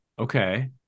Okay